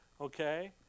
Okay